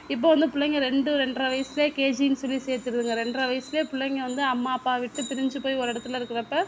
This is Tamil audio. இப்போ வந்து பிள்ளைங்க ரெண்டு ரெண்டரை வயதிலேயே கேஜினு சொல்லி சேர்த்துடுதுங்க ரெண்டரை வயதிலேயே பிள்ளைங்க வந்து அம்மா அப்பாவை விட்டு பிரிந்து போய் ஒரு இடத்துல இருக்குறப்ப